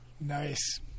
Nice